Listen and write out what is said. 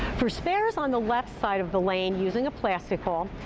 for spares on the left side of the lane using a plastic ball,